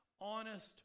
honest